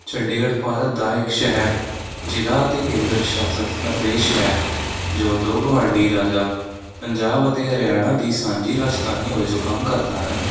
ਚੰਡੀਗੜ੍ਹ ਭਾਰਤ ਦਾ ਇੱਕ ਸ਼ਹਿਰ ਜ਼ਿਲ੍ਹਾ ਅਤੇ ਕੇਂਦਰ ਸ਼ਾਸਤ ਪ੍ਰਦੇਸ਼ ਹੈ ਜੋ ਦੋ ਗੁਆਂਢੀ ਰਾਜਾਂ ਪੰਜਾਬ ਅਤੇ ਹਰਿਆਣਾ ਦੀ ਸਾਂਝੀ ਰਾਜਧਾਨੀ ਵਜੋਂ ਕੰਮ ਕਰਦਾ ਹੈ